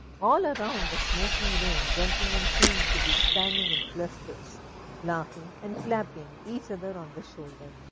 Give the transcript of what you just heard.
all around the smoking room, gentlemen seemed to be standing in clusters laughing and clapping each other on the shoulder.